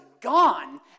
gone